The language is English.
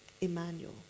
Emmanuel